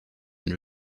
and